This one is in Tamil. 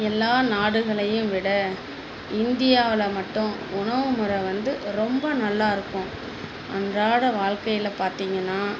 எல்லா நாடுகளையும் விட இந்தியாவில் மட்டும் உணவு முறை வந்து ரொம்ப நல்லாருக்கும் அன்றாட வாழ்க்கையில் பார்த்தீங்கன்னா